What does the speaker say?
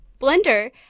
blender